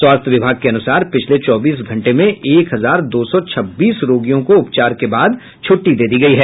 स्वास्थ्य विभाग के अनुसार पिछले चौबीस घंटे में एक हजार दो सौ छब्बीस रोगियों को उपचार के बाद छटटी दे दी गयी है